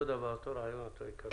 אותו דבר, אותו רעיון, אותו עיקרון.